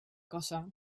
kassa